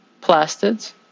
plastids